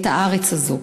את הארץ הזאת.